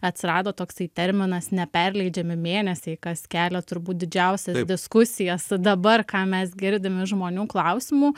atsirado toksai terminas neperleidžiami mėnesiai kas kelia turbūt didžiausias diskusijas dabar ką mes girdim iš žmonių klausimų